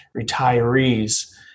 retirees